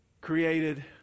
created